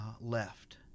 left